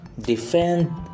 defend